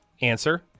answer